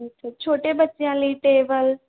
ਅੱਛਾ ਛੋਟੇ ਬੱਚਿਆਂ ਲਈ ਟੇਬਲ